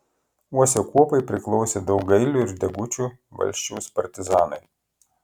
uosio kuopai priklausė daugailių ir degučių valsčiaus partizanai